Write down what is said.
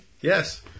Yes